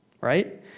right